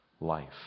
life